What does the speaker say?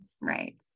Right